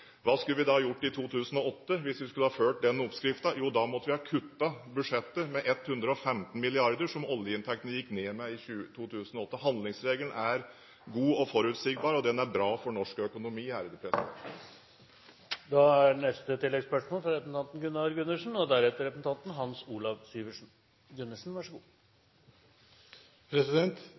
Hva skulle vi gjort i 2008 hvis vi skulle fulgt den oppskriften? Jo, da måtte vi ha kuttet budsjettet med 115 mrd. kr, som oljeinntektene gikk ned med i 2008. Handlingsregelen er god og forutsigbar, og den er bra for norsk økonomi. Gunnar Gundersen – til oppfølgingsspørsmål. Det er ingen tvil om at den norske økonomien er på den grønne gren for tiden, og